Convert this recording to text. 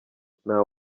nta